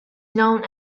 known